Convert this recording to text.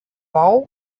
bau